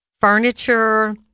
furniture